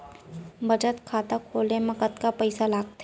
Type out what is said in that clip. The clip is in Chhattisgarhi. बचत खाता खोले मा कतका पइसा लागथे?